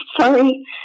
sorry